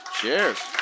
Cheers